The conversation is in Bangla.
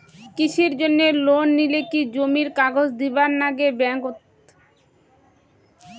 কৃষির জন্যে লোন নিলে কি জমির কাগজ দিবার নাগে ব্যাংক ওত?